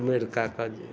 America कऽ दिऔ